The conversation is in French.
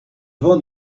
vent